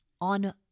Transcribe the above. on